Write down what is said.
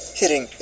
hitting